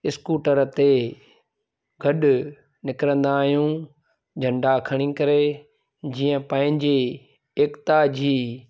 scooter ते गॾु निकिरंदा आहियूं झंडा खणी करे जीअं पंहिंजी एकता जी